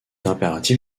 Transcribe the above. impératif